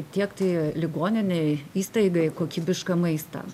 tiekti ligoninei įstaigai kokybišką maistą